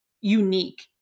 unique